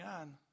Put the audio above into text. on